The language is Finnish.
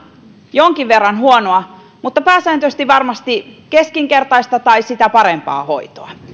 jonkin verran huonoa mutta pääsääntöisesti varmasti keskinkertaista tai sitä parempaa hoitoa